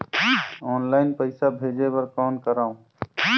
Online पईसा भेजे बर कौन करव?